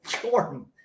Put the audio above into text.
Jordan